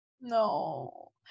No